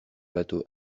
bateau